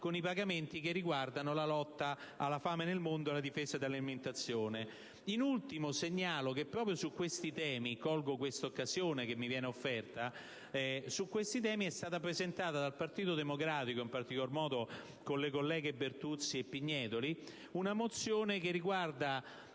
con i pagamenti che riguardano la lotta alla fame del mondo e la difesa dell'alimentazione. In ultimo, segnalo che proprio su questi temi è stata presentata dal Partito Democratico, in particolar modo dalle colleghe Bertuzzi e Pignedoli, una mozione che riguarda